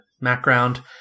background